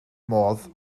modd